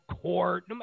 court